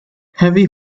heavy